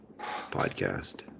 podcast